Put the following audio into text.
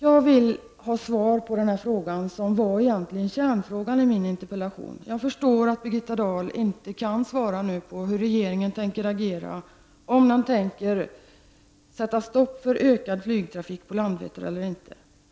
Jag vill ha svar på den fråga som egentligen var kärnfrågan i min interpellation. Jag förstår att Birgitta Dahl inte nu kan svara på hur regeringen tänker agera — om man tänker sätta stopp för ökad flygtrafik på Landvetter eller inte.